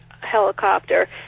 helicopter